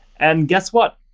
and guess what?